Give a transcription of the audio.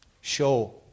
Show